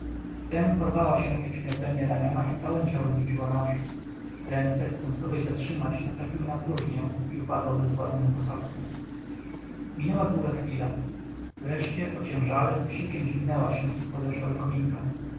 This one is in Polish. porwała się jak śmiertelnie raniona i całem ciałem rzuciła naprzód ręce chcąc kogoś zatrzymać natrafiły na próżnię i upadła bezwładnie na posadzkę minęła długa chwila wreszcie ociężale z wysiłkiem dźwignęła się i podeszła do kominka